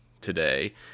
today